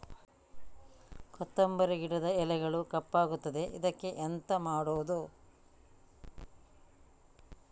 ಕೊತ್ತಂಬರಿ ಗಿಡದ ಎಲೆಗಳು ಕಪ್ಪಗುತ್ತದೆ, ಇದಕ್ಕೆ ಎಂತ ಮಾಡೋದು?